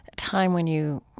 time when you,